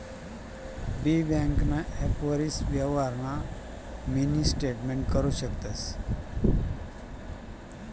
बी ब्यांकना ॲपवरी यवहारना मिनी स्टेटमेंट करु शकतंस